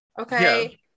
okay